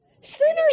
Sinners